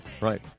right